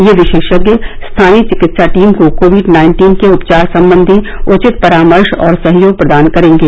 यह विशेषज्ञ स्थानीय चिकित्सा टीम को कोविड नाइन्टीन के उपचार संबंधी उचित परामर्श और सहयोग प्रदान करेंगे